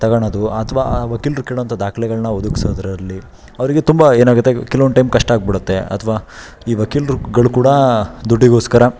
ತಗೊಳ್ಳೋದು ಅಥವಾ ಆ ವಕೀಲರು ಕೀಳೋಂಥ ದಾಖಲೆಗಳ್ನ ಒದಗಿಸೋದ್ರಲ್ಲಿ ಅವರಿಗೆ ತುಂಬ ಏನಾಗುತ್ತೆ ಕೆಲ್ವೊಂದು ಟೈಮ್ ಕಷ್ಟ ಆಗಿಬಿಡುತ್ತೆ ಅಥ್ವಾ ಈ ವಕೀಲ್ರುಗಳು ಕೂಡ ದುಡ್ಡಿಗೋಸ್ಕರ